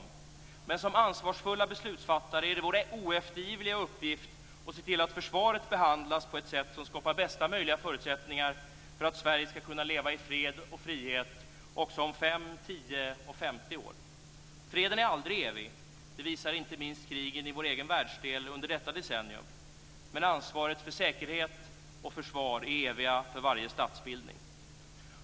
Men som ansvarsfulla beslutsfattare är det vår oeftergivliga uppgift att se till att försvaret behandlas på ett sätt som skapar bästa möjliga förutsättningar för att Sverige skall kunna leva i fred och frihet också om 5, 10 och 50 år. Freden är aldrig evig. Det visar inte minst krigen i vår egen världsdel under detta decennium. Men ansvaret för säkerhet och försvar är eviga för varje statsbildning.